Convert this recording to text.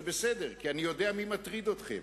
זה בסדר, כי אני יודע מי מטריד אתכם.